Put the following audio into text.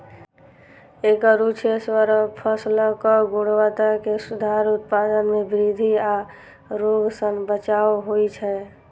एकर उद्देश्य फसलक गुणवत्ता मे सुधार, उत्पादन मे वृद्धि आ रोग सं बचाव होइ छै